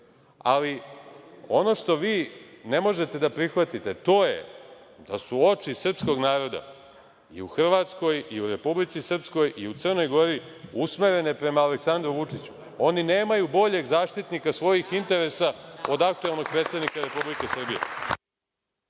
Ali, ono što vi ne možete da prihvatite, to je da su oči srpskog naroda i u Hrvatskoj i u Republici Srpskoj i u Crnoj Gori usmerene prema Aleksandru Vučiću. Oni nemaju boljeg zaštitnika svojih interesa od aktuelnog predsednika Republike Srbije.